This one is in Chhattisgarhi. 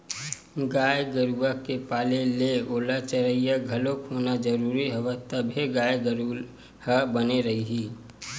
गाय गरुवा के पाले ले ओला चरइया घलोक होना जरुरी हवय तभे गाय गरु ह बने रइही